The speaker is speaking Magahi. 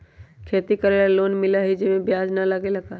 खेती करे ला लोन मिलहई जे में ब्याज न लगेला का?